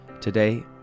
Today